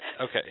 okay